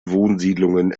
wohnsiedlungen